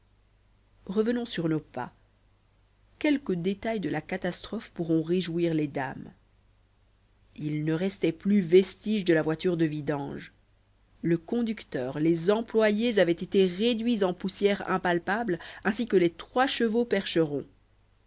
revenons sur nos pas quelques détails de la catastrophe pourront réjouir les dames il ne restait plus vestige de la voiture de vidange le conducteur les employés avaient été réduits en poussière impalpable ainsi que les trois chevaux percherons